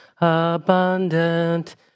abundant